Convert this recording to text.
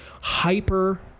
hyper